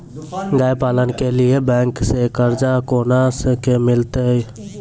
गाय पालन के लिए बैंक से कर्ज कोना के मिलते यो?